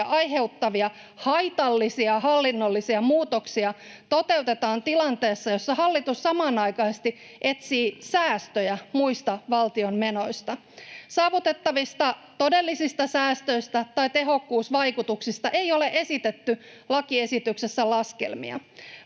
aiheuttavia, haitallisia hallinnollisia muutoksia toteutetaan tilanteessa, jossa hallitus samanaikaisesti etsii säästöjä muista valtion menoista? Saavutettavista todellisista säästöistä tai tehokkuusvaikutuksista ei ole esitetty lakiesityksessä laskelmia.